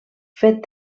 fet